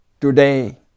Today